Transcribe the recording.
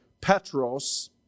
Petros